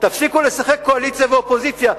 תפסיקו לשחק קואליציה ואופוזיציה,